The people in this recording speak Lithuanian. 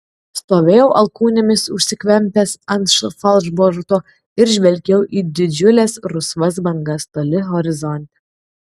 stovėjau alkūnėmis užsikvempęs ant falšborto ir žvelgiau į didžiules rusvas bangas toli horizonte